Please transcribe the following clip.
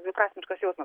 dviprasmiškas jausmas